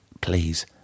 please